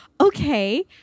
okay